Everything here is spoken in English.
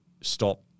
stop